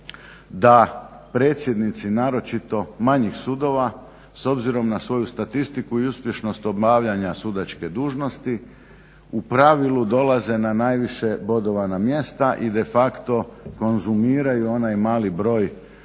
da predsjednici, naročito manjih sudova s obzirom na svoju statistiku i uspješnost obavljanja sudačke dužnosti u pravilu dolaze na najviše bodovana mjesta i de facto konzumiraju onaj mali broj